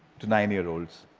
to nine-year-olds.